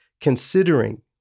considering